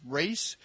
race